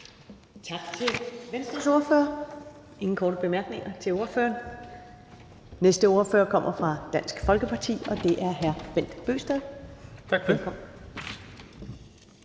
Tak til Venstres ordfører. Der er ingen korte bemærkninger til ordføreren. Næste ordfører kommer fra Dansk Folkeparti, og det er hr. Bent Bøgsted. Velkommen.